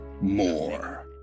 more